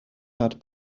had